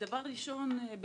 דבר ראשון,